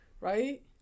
right